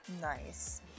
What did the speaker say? Nice